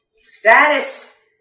Status